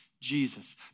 Jesus